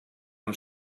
amb